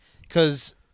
Because-